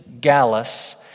Gallus